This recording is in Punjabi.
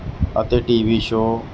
ਅਤੇ ਟੀ ਵੀ ਸ਼ੋਅ